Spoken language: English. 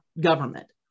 government